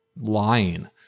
lying